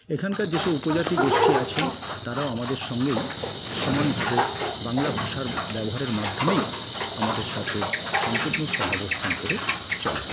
এখানকার যে সব উপজাতিগোষ্ঠী আছেন তারাও আমাদের সঙ্গেই সমান ভাবে বাংলা ভাষার ব্যবহারের মাধ্যমেই আমাদের সাথে সম্পূর্ণ সহবস্থান করে চলেন